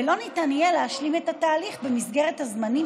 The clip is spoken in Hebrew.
ולא ניתן יהיה להשלים את התהליך במסגרת הזמנים